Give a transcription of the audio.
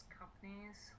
companies